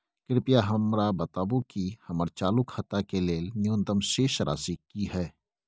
कृपया हमरा बताबू कि हमर चालू खाता के लेल न्यूनतम शेष राशि की हय